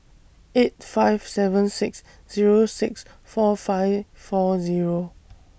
eight five seven six Zero six four five four Zero